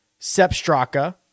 Sepstraka